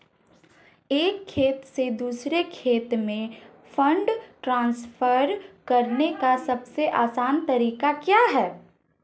एक खाते से दूसरे खाते में फंड ट्रांसफर करने का सबसे आसान तरीका क्या है?